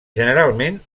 generalment